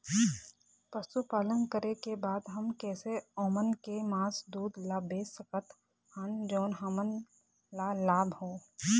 पशुपालन करें के बाद हम कैसे ओमन के मास, दूध ला बेच सकत हन जोन हमन ला लाभ हो?